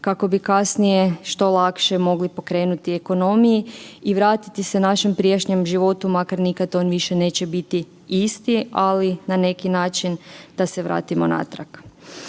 kako bi kasnije što lakše mogli pokrenuti ekonomiju i vratiti se našem prijašnjem životu makar nikad on više neće biti isti, ali na neki način da se vratimo natrag.